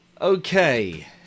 Okay